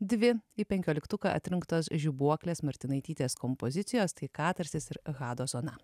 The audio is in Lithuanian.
dvi į penkioliktuką atrinktos žibuoklės martinaitytės kompozicijos tai katarsis ir hado zona